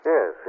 Yes